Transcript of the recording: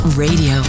Radio